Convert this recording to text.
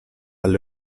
alle